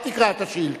אל תקרא את השאילתא.